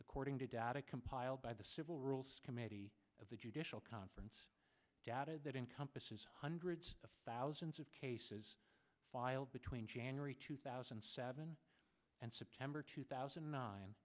according to data compiled by the civil rules committee of the judicial conference data that encompasses hundreds of thousands of cases filed between january two thousand and seven and september two thousand